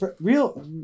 real